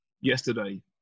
yesterday